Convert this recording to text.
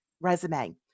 resume